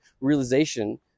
realization